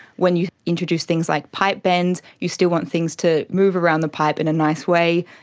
when you introduce things like pipe bends you still want things to move around the pipe in a nice way.